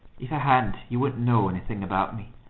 if i hadn't you wouldn't know anything about me.